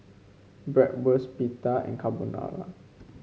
Bratwurst Pita and Carbonara